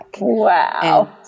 Wow